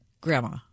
Grandma